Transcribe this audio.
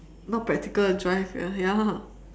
not practical drive ya